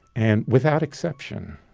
and without exception,